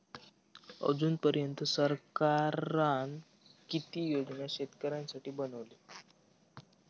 अजून पर्यंत सरकारान किती योजना शेतकऱ्यांसाठी बनवले?